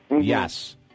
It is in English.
Yes